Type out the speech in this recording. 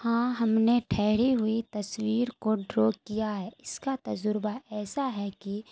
ہاں ہم نے ٹھہری ہوئی تصویر کو ڈرا کیا ہے اس کا تجربہ ایسا ہے کہ